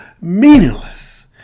meaningless